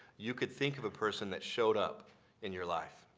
you could think of a person that showed up in your life.